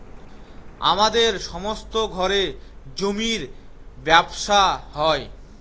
আমাদের সমস্ত ঘরে জমির ব্যবসা হয়